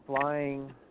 flying